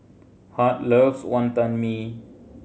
Hart loves Wantan Mee